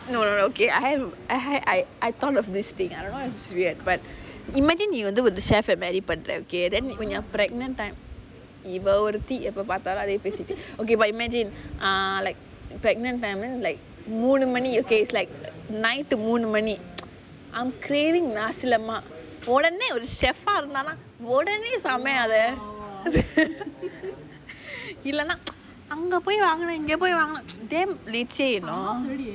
no no okay I have I have I I thought of this thing I don't want to say but imagine if நீ வந்து ஒரு:nee vanthu oru chef eh marry பண்ற:pandra then pregnant time இவை ஒருத்தி எப்போ பாத்தாலும் அதே பேசிட்டு:iva oruthi eppo paathaalum athae pesitu but imagine ah like pregnant time then like மூணு மணி:moonu mani okay is like night மூணு மணி:moonu mani I am craving nasi lemak ஒடனே ஒரு:odanae oru chef eh இருந்தான்னா ஒடனே சமை அத:irunthaannaa odanae samai atha இல்லனா அங்க போய் வாங்னும் இங்க போய் வாங்கனும்:illana anga poi vaanganum inga poi vaanganum damn leceh you know